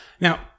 Now